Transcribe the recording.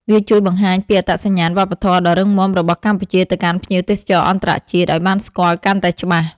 វាជួយបង្ហាញពីអត្តសញ្ញាណវប្បធម៌ដ៏រឹងមាំរបស់កម្ពុជាទៅកាន់ភ្ញៀវទេសចរអន្តរជាតិឱ្យបានស្គាល់កាន់តែច្បាស់។